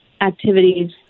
activities